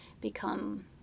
become